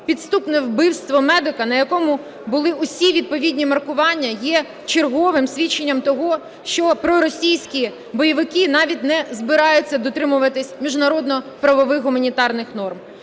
Підступне вбивство медика, на якому були усі відповідні маркування, є черговим свідченням того, що проросійські бойовики навіть не збираються дотримуватись міжнародно-правових гуманітарних норма.